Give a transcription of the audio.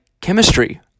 chemistry